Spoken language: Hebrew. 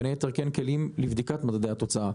בין היתר כי אין כלים לבדיקת מדדי התוצאה,